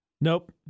Nope